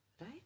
right